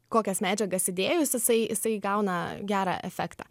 kokias medžiagas įdėjus jisai jisai gauna gerą efektą